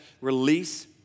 release